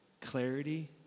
clarity